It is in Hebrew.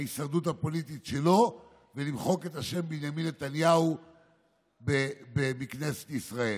ההישרדות הפוליטית שלו ולמחוק את השם בנימין נתניהו מכנסת ישראל.